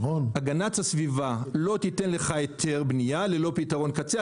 הגנת הסביבה לא תיתן לך היתר בנייה ללא פתרון קצה.